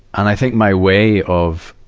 and i think my way of,